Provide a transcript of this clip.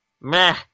Meh